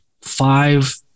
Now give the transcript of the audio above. five